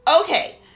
Okay